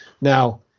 Now